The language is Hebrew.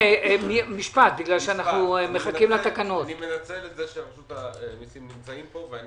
אני מנצל את זה שרשות המיסים נמצאים פה.